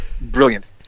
Brilliant